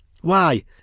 Why